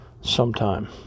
sometime